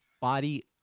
body